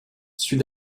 sud